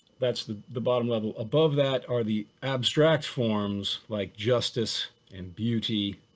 that's the the bottom level. above that are the abstract forms like justice and beauty